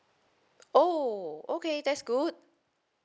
oh okay that's good